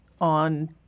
on